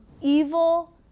evil